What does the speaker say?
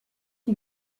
die